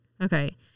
Okay